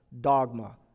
dogma